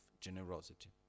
generosity